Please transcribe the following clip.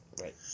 Right